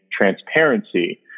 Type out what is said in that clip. transparency